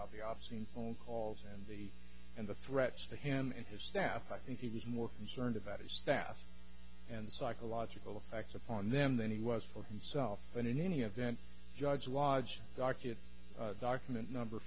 the obscene phone calls and the and the threats to han and his staff i think he was more concerned about his fast and psychological effects upon them than he was for himself and in any event judge lodge docket document number